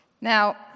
Now